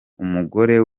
umugore